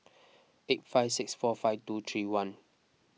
eight five six four five two three one